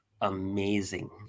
amazing